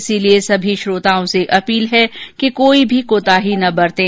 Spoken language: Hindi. इसलिए सभी श्रोताओं से अपील है कि कोई भी कोताही न बरतें